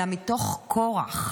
אלא מתוך כורח.